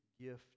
gift